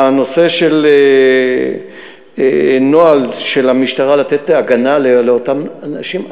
הנושא של נוהל של המשטרה לתת הגנה לאותן נשים,